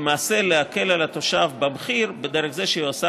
למעשה להקל על התושב במחיר דרך זה שהיא עושה